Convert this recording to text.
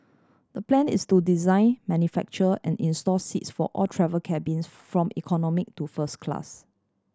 the plan is to design manufacture and install seats for all travel cabins from economy to first class